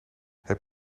heb